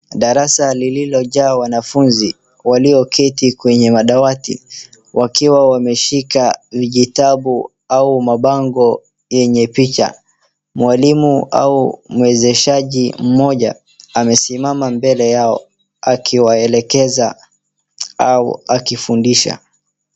Darasa lililo jaa wanafunzi walioketi kwenye madawati wakiwa wameshika vijitabu au mapango yenye picha. Mwalimu au mwezeshaji mmoja amesimama mbele yao akiwaelekeza au akifundisha,